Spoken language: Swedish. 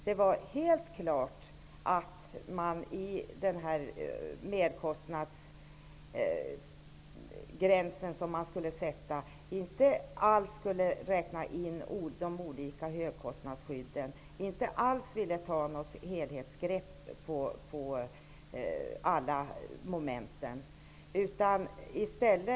Det var helt klart att man i den merkostnadsgräns som skulle sättas inte alls skulle räkna in de olika högkostnadsskydden, och att man inte alls ville ta något helhetsgrepp på alla momenten.